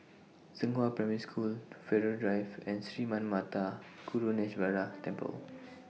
Zhenghua Primary School Farrer Drive and Sri Manmatha Karuneshvarar Temple